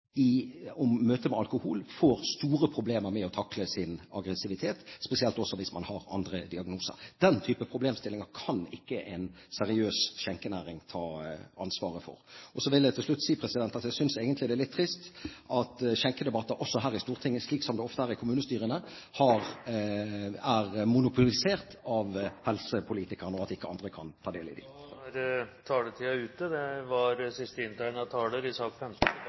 seg om en kombinasjon av ulike rusmidler. For eksempel er det et problem et unge menn som bruker dopingmidler til kroppsbygging og trening, i møte med alkohol får store problemer med å takle sin aggressivitet, spesielt også hvis man har andre diagnoser. Den type problemstillinger kan ikke en seriøs skjenkenæring ta ansvaret for. Så vil jeg til slutt si at jeg synes egentlig det er litt trist at skjenkedebatter også her i Stortinget, slik som det ofte er i kommunestyrene, er monopolisert av helsepolitikerne, og at andre ikke kan ta del i dem. Jeg er i